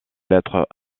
lettre